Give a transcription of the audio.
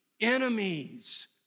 enemies